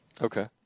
Okay